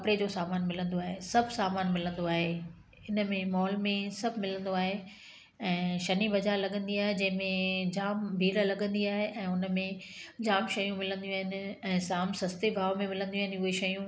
कपिड़े जो सामानु मिलंदो आहे सभु सामानु मिलंदो आहे इनमें मॉल में सभु मिलंदो आहे ऐं शनि बाज़ारि लॻंदी आहे जंहिंमें जाम भीड़ लॻंदी आहे ऐं हुनमें जाम शयूं मिलंदियूं आहिनि ऐं जाम सस्ते भाव में मिलंदियूं आहिनि उहे शयूं